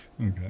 Okay